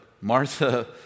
Martha